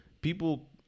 people